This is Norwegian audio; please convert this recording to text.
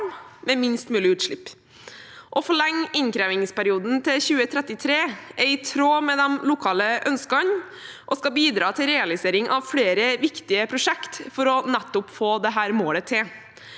med minst mulig utslipp. Å forlenge innkrevingsperioden til 2033 er i tråd med de lokale ønskene og skal bidra til realisering av flere viktige prosjekt for å nå dette målet,